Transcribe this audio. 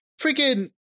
freaking